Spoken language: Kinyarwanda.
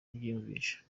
kubyiyumvisha